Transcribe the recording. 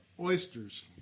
oysters